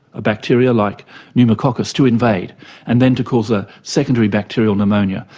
a bacteria like pneumococcus to invade and then to cause a secondary bacterial pneumonia.